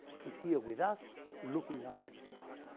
he's here with us looking up at the stars.